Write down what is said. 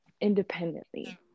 independently